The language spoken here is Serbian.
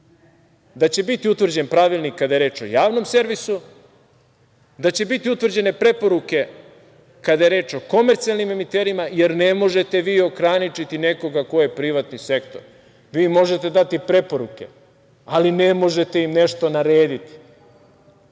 da će biti utvrđen pravilnik kada je reč o javnom servisu, da će biti utvrđene preporuke kada je reč o komercijalnim emiterima, jer ne možete vi ograničiti nekoga ko je privatni sektor. Možete dati preporuke, ali ne možete im nešto narediti